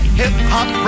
hip-hop